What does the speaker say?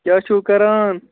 کیٛاہ چھِو کران